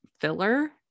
filler